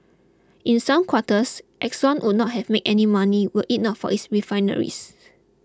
in some quarters Exxon would not have made any money were it not for its refineries